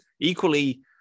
Equally